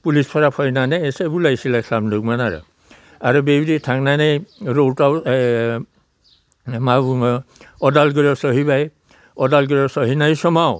पुलिसफोरा फैनानै एसे बुलाय सुलाय खालामदोंमोन आरो आरो बेबायदि थांनानै रौतायाव मा बुङो उदालगुरियाव सहैबा उदालगुरियाव सहैनाय समाव